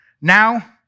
Now